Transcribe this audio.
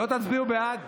לא תצביעו בעד?